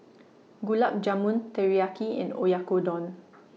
Gulab Jamun Teriyaki and Oyakodon